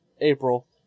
April